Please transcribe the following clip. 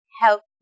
help